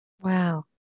Wow